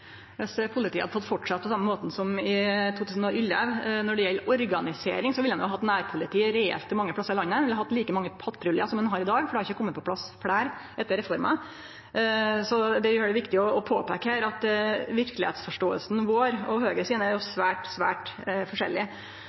Viss politiet hadde fått fortsetje på same måten som i 2011 når det gjeld organisering, ville ein reelt hatt nærpoliti mange plassar i landet. Ein ville hatt like mange patruljar som ein har i dag, for det har ikkje kome på plass fleire etter reforma. Så det er viktig å påpeike at vi og Høgre har svært, svært forskjellig